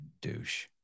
Douche